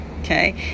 okay